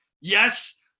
yes